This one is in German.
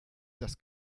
dass